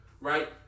right